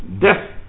death